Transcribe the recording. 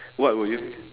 what would you